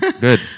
Good